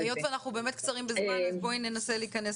היות שאנחנו קצרים בזמן, בואי ננסה להיכנס לנושא.